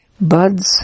buds